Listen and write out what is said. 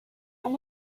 and